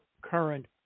current